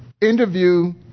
interview